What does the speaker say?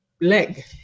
leg